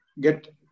get